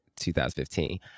2015